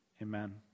Amen